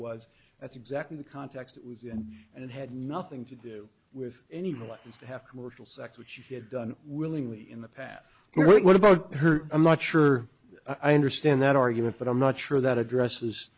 was that's exactly the context it was in and it had nothing to do with any reluctance to have commercial sex which she had done willingly in the past what about her i'm not sure i understand that argument but i'm not sure that addresses